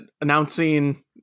announcing